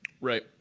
Right